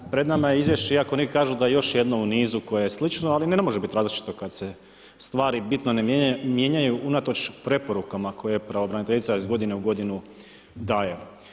Pred nama je izvješće iako neki kažu da je još jedno u nizu koje je slično, ali ne može biti različito kada se stvari bitno ne mijenjaju unatoč preporukama koje je pravobraniteljica iz godine u godinu daje.